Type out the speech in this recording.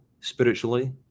spiritually